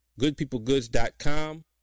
goodpeoplegoods.com